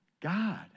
God